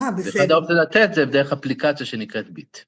ואחת האופציות לתת את זה בדרך אפליקציה שנקראת ביט.